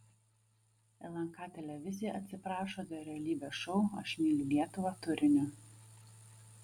lnk televizija atsiprašo dėl realybės šou aš myliu lietuvą turinio